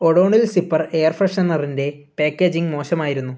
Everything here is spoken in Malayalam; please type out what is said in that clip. ഒഡോനിൽ സിപ്പർ എയർ ഫ്രെഷനെറിന്റെ പാക്കേജിംഗ് മോശമായിരുന്നു